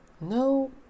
no